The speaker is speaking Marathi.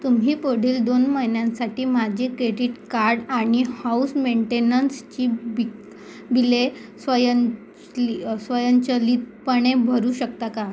तुम्ही पुढील दोन महिन्यांसाठी माझी केडीट कार्ड आणि हाउस मेंटेनन्सची बि बिले स्वयंप्ली स्वयंचलितपणे भरू शकता का